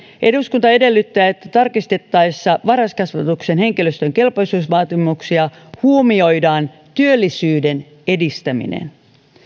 eduskunta edellyttää että tarkistettaessa varhaiskasvatuksen henkilöstön kelpoisuusvaatimuksia huomioidaan työllisyyden edistäminen